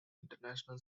international